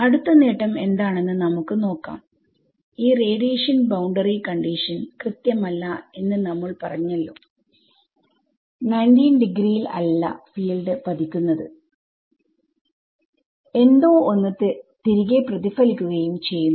അടുത്ത നേട്ടം എന്താണെന്ന് നമുക്ക് നോക്കാംഈ റേഡിയേഷൻ ബൌണ്ടറി കണ്ടിഷൻ കൃത്യമല്ല എന്ന് നമ്മൾ പറഞ്ഞല്ലോ90ഡിഗ്രിയിൽ അല്ല ഫീൽഡ് പതിക്കുന്നത് എന്തോ ഒന്ന് തിരികെ പ്രതിഫലിക്കുകയും ചെയ്യുന്നു